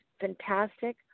fantastic